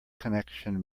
connection